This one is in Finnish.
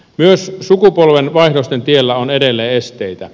myös sukupolvenvaihdosten tiellä on edelleen esteitä